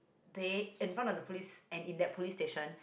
they in front of the police and in that police station